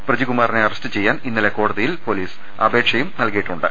പ്രജികുമാറിനെ arrest ചെയ്യാൻ ഇന്നലെ കോടതിയിൽ പൊലീസ് അപേക്ഷയും നൽകിയിട്ടുണ്ട്